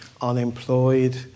unemployed